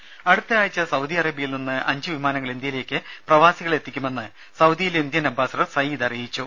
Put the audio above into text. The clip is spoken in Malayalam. രുമ അടുത്ത ആഴ്ച സൌദി അറേബ്യയിൽ നിന്ന് അഞ്ച് വിമാനങ്ങൾ ഇന്ത്യയിലേക്ക് പ്രവാസികളെ എത്തിക്കുമെന്ന് സൌദിയിലെ ഇന്ത്യൻ അംബാസഡർ സഈദ് അറിയിച്ചു